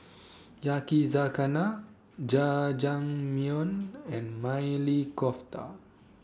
Yakizakana Jajangmyeon and Maili Kofta